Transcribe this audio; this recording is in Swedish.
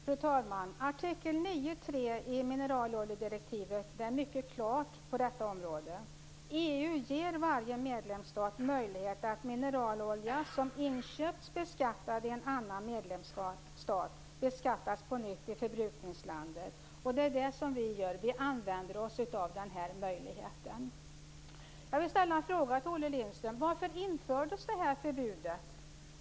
Fru talman! Artikel 9.3 i mineraloljedirektivet är mycket klart på detta område. EU ger varje medlemsstat möjlighet att i förbrukningslandet på nytt beskatta mineralolja som inköpts och beskattats i en annan medlemsstat. Det är det som vi gör, dvs. vi använder oss av denna möjlighet. Jag vill ställa en fråga till Olle Lindström. Varför infördes detta förbud?